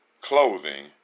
clothing